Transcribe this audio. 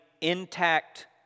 intact